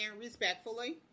respectfully